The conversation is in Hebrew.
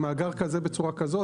עם מאגר כזה בצורה כזאת,